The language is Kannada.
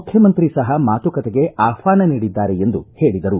ಮುಖ್ಯಮಂತ್ರಿ ಸಹ ಮಾತುಕತೆಗೆ ಆಹ್ವಾನ ನೀಡಿದ್ದಾರೆ ಎಂದು ಹೇಳಿದರು